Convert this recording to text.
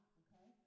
okay